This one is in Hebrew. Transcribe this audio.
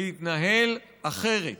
להתנהל אחרת.